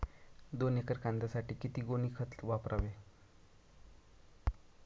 दोन एकर कांद्यासाठी किती गोणी खत वापरावे?